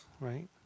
right